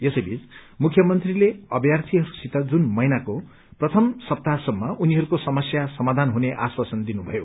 यसैबीच मुख्यमंत्रीले अभ्यार्गीहरूसित जून महिनको प्रथम सप्तासम्म उनीहरूको समया सामाधान हुने आश्वासन दिनुभयो